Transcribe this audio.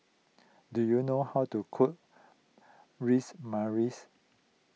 do you know how to cook Ras